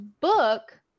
book